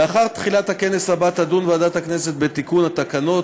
לאחר תחילת הכנס הבא תדון ועדת הכנסת בתיקון התקנות,